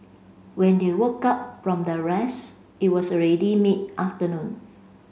when they woke up from their rest it was already mid afternoon